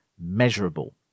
measurable